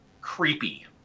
Creepy